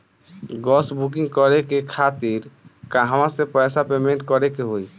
Gas booking करे के खातिर कहवा से पैसा पेमेंट करे के होई?